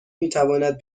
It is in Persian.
میتواند